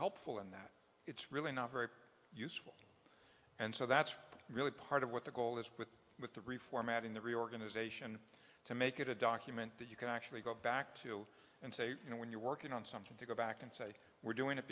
helpful in that it's really not very useful and so that's really part of what the goal is with with the reformatting the reorganization to make it a document that you can actually go back to and say you know when you're working on something to go back and say we're doing it